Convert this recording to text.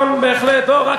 לא הייתה מפסידה.